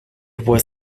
was